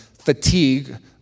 fatigue